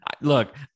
Look